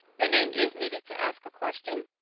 your name is needed to ask a question.